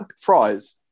fries